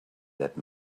that